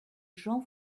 jean